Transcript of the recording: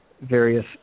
various